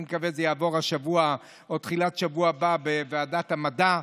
אני מקווה שזה יעבור השבוע או בתחילת השבוע הבא בוועדת המדע,